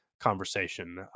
conversation